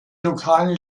lokalen